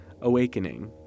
awakening